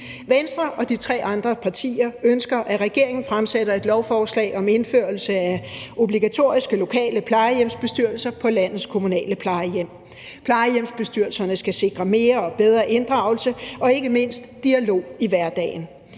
Venstre og de tre andre partier ønsker, at regeringen fremsætter et lovforslag om indførelse af obligatoriske lokale plejehjemsbestyrelser på landets kommunale plejehjem. Plejehjemsbestyrelserne skal sikre mere og bedre inddragelse og ikke mindst dialog i hverdagen.